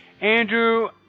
Andrew